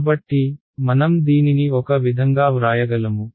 కాబట్టి మనం దీనిని ఒక విధంగా వ్రాయగలము